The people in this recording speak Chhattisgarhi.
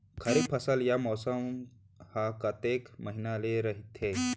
खरीफ फसल या मौसम हा कतेक महिना ले रहिथे?